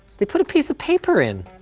they put a piece of paper in.